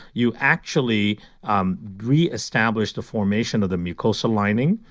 you actually um reestablish the formation of the mucosa lining.